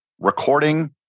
recording